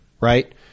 right